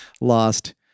lost